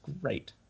great